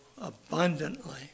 abundantly